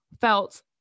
felt